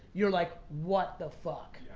you're like, what the fuck?